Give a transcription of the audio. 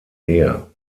ehe